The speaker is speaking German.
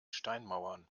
steinmauern